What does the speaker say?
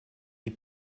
les